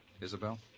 Isabel